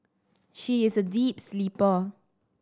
she is a deep sleeper